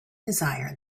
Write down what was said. desire